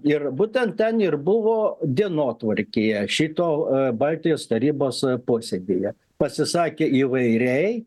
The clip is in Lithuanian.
ir būtent ten ir buvo dienotvarkėje šito baltijos tarybos posėdyje pasisakė įvairiai